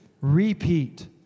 repeat